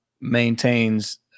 maintains